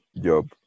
job